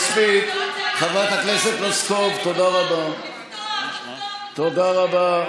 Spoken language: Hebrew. חבר הכנסת כהנא, תודה רבה.